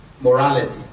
Morality